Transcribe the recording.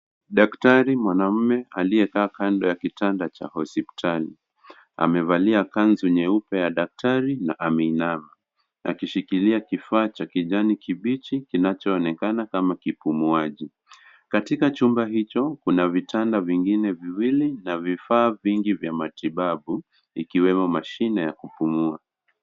Daktar mwanaume aliekaa kando ya kitanda cha hospitali amevalia kanzu nyeupe ya daktari na ameinama akishikilia kifaa cha kijani kibichi kinachoonekana kama kipumuaji katika chumba hicho kuna vitanda vingine viwili na vifaa vingi vya matibabu ikiwemo mashine ya kupumua.